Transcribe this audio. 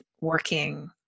working